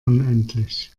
unendlich